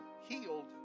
healed